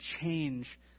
change